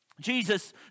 Jesus